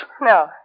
No